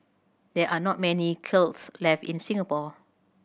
there are not many kilns left in Singapore